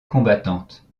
combattante